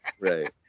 Right